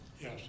Yes